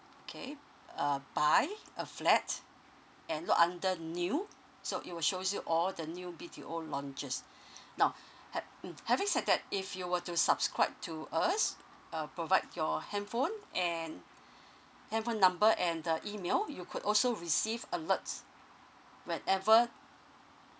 okay uh buy a flat and look under new so it will shows you all the new B_T_O launches now ha~ mm having said that if you were to subscribe to us uh provide your handphone and handphone number and the email you could also receive alerts whenever